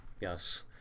yes